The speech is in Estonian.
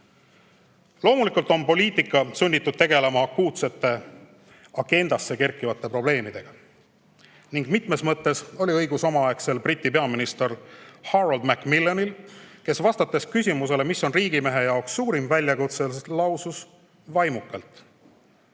täita. Loomulikult on poliitika sunnitud tegelema akuutsete agendasse kerkivate probleemidega. Mitmes mõttes oli õigus omaaegsel Briti peaministril Harold Macmillanil, kes vastates küsimusele, mis on riigimehe jaoks suurim väljakutse, lausus vaimukalt: